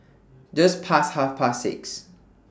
Just Past Half Past six